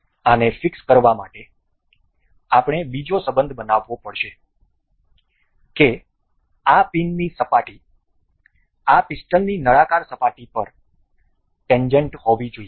આને ફિક્સ કરવા માટે આપણે બીજો સંબંધ બનાવવો પડશે કે આ પીનની આ સપાટી આ પિસ્ટનની નળાકાર સપાટી પર ટેન્જેન્ટ હોવી જોઈએ